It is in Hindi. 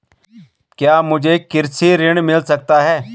क्या मुझे कृषि ऋण मिल सकता है?